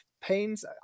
pains